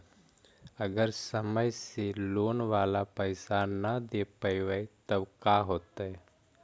अगर समय से लोन बाला पैसा न दे पईबै तब का होतै?